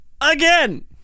Again